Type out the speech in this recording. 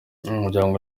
umuryango